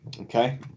Okay